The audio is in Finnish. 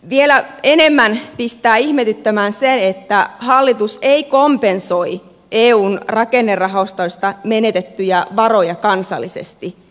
vielä enemmän pistää ihmetyttämään se että hallitus ei kompensoi eun rakennerahastoista menetettyjä varoja kansallisesti